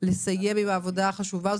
לסיים עם העבודה החשובה הזאת.